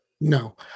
No